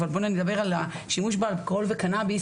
אבל בוא נדבר על השימוש באלכוהול וקנאביס,